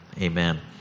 amen